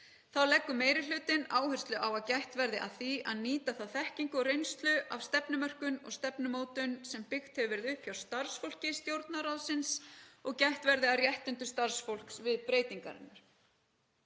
Þá leggur meiri hlutinn áherslu á að gætt verði að því að nýta þá þekkingu og reynslu af stefnumörkun og stefnumótun sem byggð hefur verið upp hjá starfsfólki Stjórnarráðsins og gætt verði að réttindum starfsfólks við breytingarinnar.